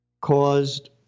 caused